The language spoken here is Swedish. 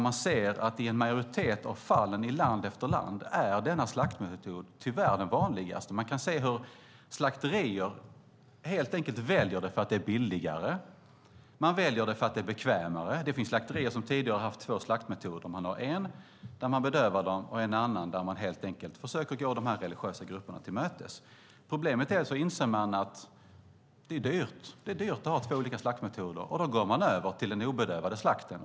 Vi ser att i land efter land är denna slaktmetod tyvärr den vanligaste. Slakterier väljer den helt enkelt därför att den är billigare. Man väljer den för att den är bekvämare. Det finns slakterier som tidigare har haft två slaktmetoder, en där man bedövar dem och en annan där man helt enkelt försöker gå de religiösa grupperna till mötes. Problemet är att man inser att det är dyrt att ha två olika slaktmetoder och då går över till slakt utan bedövning.